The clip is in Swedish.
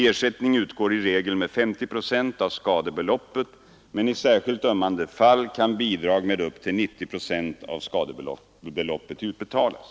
Ersättning utgår i regel med 50 procent av skadebeloppet, men i särskilt ömmande fall kan bidrag med upp till 90 procent av skadebeloppet utbetalas.